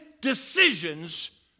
decisions